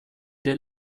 der